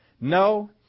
No